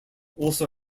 also